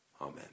amen